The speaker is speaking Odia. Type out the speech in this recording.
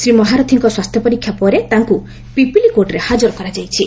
ଶ୍ରୀ ମହାରଥୀଙ୍କ ସ୍ୱାସ୍ଥ୍ୟ ପରୀକ୍ଷା ପରେ ତାଙ୍କୁ ପିପିଲି କୋର୍ଟରେ ହାଜର କରାଯାଇଛି